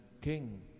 king